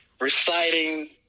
reciting